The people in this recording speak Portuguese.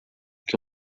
que